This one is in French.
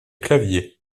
claviers